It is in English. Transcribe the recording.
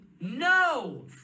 no